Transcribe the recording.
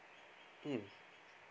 mm